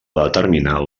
determinar